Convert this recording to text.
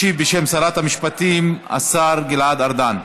ישיב, בשם שרת המשפטים, השר גלעד ארדן.